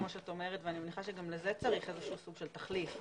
כמו שאת אומרת ואני מניחה שגם לזה צריך איזשהו סוג של תחליף,